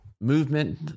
movement